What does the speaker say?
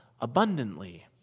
abundantly